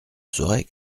saurais